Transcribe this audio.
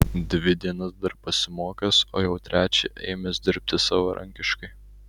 dvi dienas dar pasimokęs o jau trečią ėmęs dirbti savarankiškai